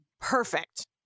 perfect